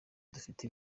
dufite